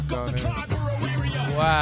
Wow